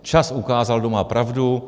Čas ukázal, kdo má pravdu.